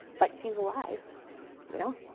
but she's alive you know,